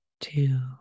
two